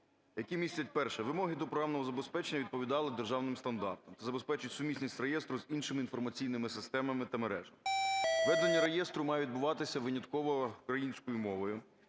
які містять: перше - вимоги до програмного забезпечення відповідали державним стандартам. Це забезпечить сумісність реєстру з іншими інформаційними системами та мережами. Ведення реєстру має відбуватися винятково українською мовою.